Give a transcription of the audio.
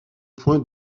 points